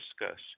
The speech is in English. discuss